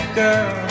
girl